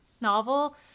novel